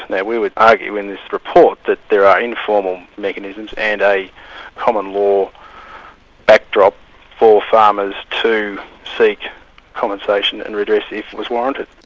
now we would argue, in this report, that there are informal mechanisms and a common law backdrop for farmers to seek compensation and redress if it was warranted.